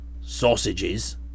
Sausages